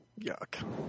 Yuck